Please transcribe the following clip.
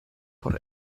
por